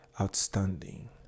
outstanding